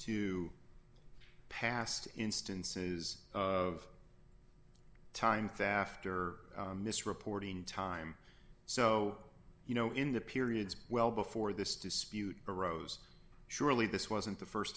to past instances of times after misreporting time so you know in the periods well before this dispute arose surely this wasn't the